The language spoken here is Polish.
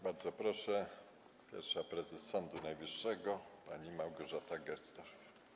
Bardzo proszę, pierwsza prezes Sądu Najwyższego pani Małgorzata Gersdorf.